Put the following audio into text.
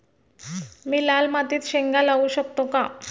मी लाल मातीत शेंगा लावू शकतो का?